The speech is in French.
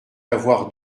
avoir